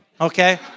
Okay